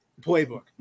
playbook